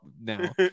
now